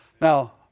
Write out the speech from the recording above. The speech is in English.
Now